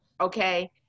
okay